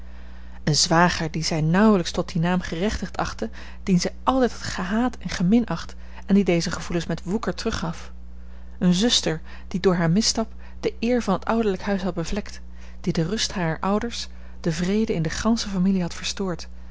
een zwager dien zij nauwelijks tot dien naam gerechtigd achtte dien zij altijd had gehaat en geminacht en die deze gevoelens met woeker teruggaf eene zuster die door haar misstap de eer van t ouderlijk huis had bevlekt die de rust harer ouders den vrede in de gansche familie had verstoord